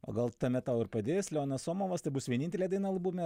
o gal tame tau ir padės leonas somovas tai bus vienintelė daina albume